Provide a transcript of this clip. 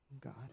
God